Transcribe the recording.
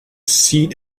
seat